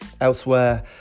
Elsewhere